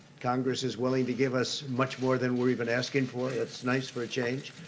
congress is willing to give us much more than we're even asking for. that's nice for a change.